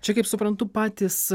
čia kaip suprantu patys